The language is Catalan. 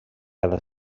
cada